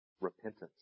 repentance